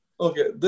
Okay